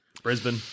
Brisbane